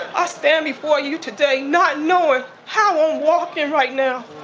i stand before you today not knowing how i'm walking right now